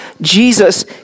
Jesus